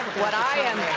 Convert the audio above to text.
what i am